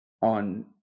on